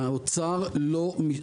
האוצר לא,